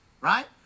Right